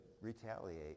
retaliate